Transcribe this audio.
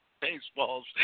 baseballs